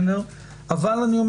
אבל שוב